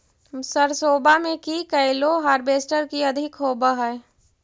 सरसोबा मे की कैलो हारबेसटर की अधिक होब है?